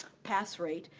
pass rate,